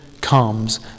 comes